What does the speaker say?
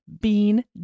bean